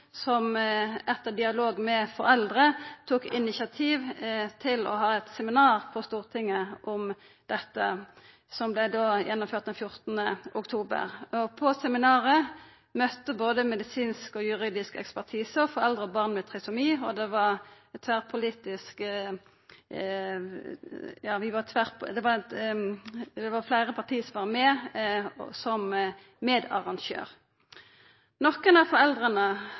som, etter dialog med foreldre, tok initiativ til å ha eit seminar på Stortinget om dette som vart gjennomført den 14. oktober i år. På seminaret møtte både medisinsk og juridisk ekspertise og foreldre og barn med trisomi. Det var òg fleire parti som var